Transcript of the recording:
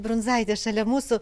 brundzaitė šalia mūsų